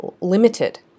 limited